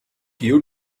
you